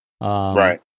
Right